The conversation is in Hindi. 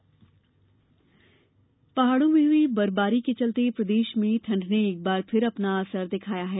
मौसम पहाड़ों में हुई बर्फबारी के चलते प्रदेश में ठंड ने एक बार फिर अपना असर दिखाया है